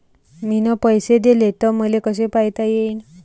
मिन पैसे देले, ते मले कसे पायता येईन?